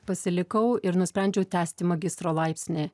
pasilikau ir nusprendžiau tęsti magistro laipsnį